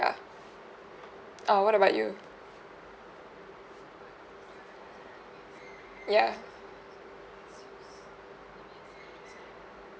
ya err what about you ya